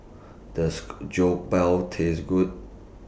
Does Jokbal Taste Good